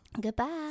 Goodbye